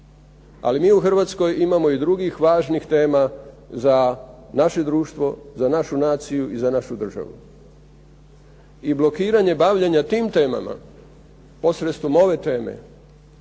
ali mi u Hrvatskoj imamo i drugih važnih tema za naše društvo, za našu naciju i za našu državu. I blokiranje bavljenja tim temama, posredstvom ove teme,